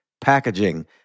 packaging